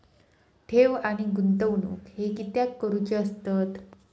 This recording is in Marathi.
ठेव आणि गुंतवणूक हे कित्याक करुचे असतत?